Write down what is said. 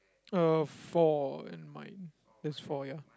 uh four and mine there's four ya